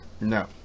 No